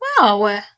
Wow